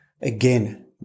Again